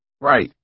Right